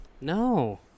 No